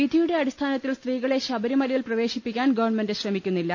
വിധിയുടെ അടിസ്ഥാനത്തിൽ സ്ത്രീകളെ ശബരിമലയിൽ പ്രവേശിപ്പിക്കാൻ ഗവ ശ്രമിക്കു ന്നില്ല